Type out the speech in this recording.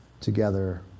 together